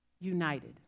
united